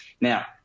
Now